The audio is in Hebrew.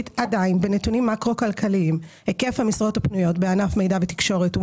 עדיין בנתונים מקרו-כלכליים היקף המשרות הפנויות בענף מידע ותקשורת,